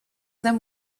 them